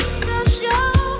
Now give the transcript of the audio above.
special